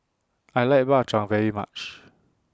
I like Bak Chang very much